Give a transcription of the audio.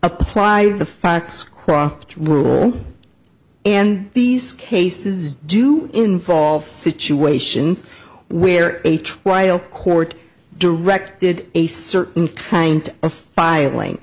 apply the facts crawford rule and these cases do involve situations where a trial court directed a certain kind of filing